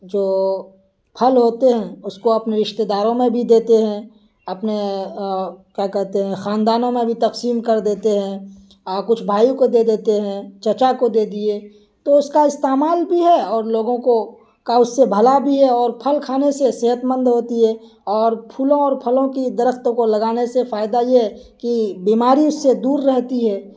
جو پھل ہوتے ہیں اس کو اپنے رشتےداروں میں بھی دیتے ہیں اپنے کا کہتے ہیں خاندانوں میں بھی تقسیم کر دیتے ہیں کچھ بھائی کو دے دیتے ہیں چچا کو دے دیے تو اس کا استعمال بھی ہے اور لوگوں کو کا اس سے بھلا بھی ہے اور پھل کھانے سے صحت مند ہوتی ہے اور پھولوں اور پھلوں کی درختوں کو لگانے سے فائدہ یہ ہے کہ بیماری اس سے دور رہتی ہے